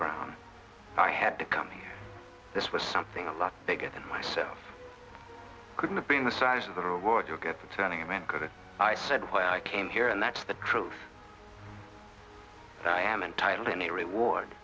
brown i had to come here this was something a lot bigger than myself couldn't have been the size of the reward to look at the turning men could i said why i came here and that's the truth that i am entitled in a reward